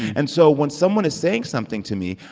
and so when someone is saying something to me,